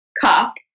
cup